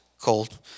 cold